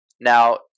Now